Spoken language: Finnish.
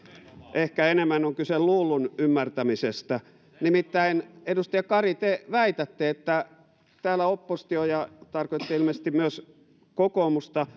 ehkä enemmän on kyse luullun ymmärtämisestä nimittäin edustaja kari te väitätte että täällä oppositio joka tarkoitti ilmeisesti myös kokoomusta